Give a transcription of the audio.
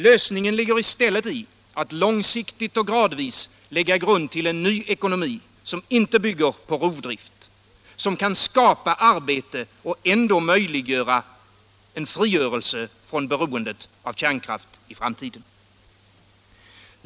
Lösningen ligger i stället i att långsiktigt och gradvis lägga grund till en ny ekonomi som inte bygger på rovdrift, som kan skapa arbete och ändå möjliggöra en frigörelse från beroendet av kärnkraft i framtiden.